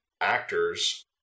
actors